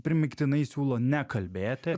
primygtinai siūlo nekalbėti